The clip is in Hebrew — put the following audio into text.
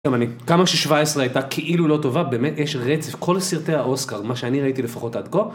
גם אני, כמה ש-17 הייתה כאילו לא טובה, באמת יש רצף, כל סרטי האוסקר, מה שאני ראיתי לפחות עד כה.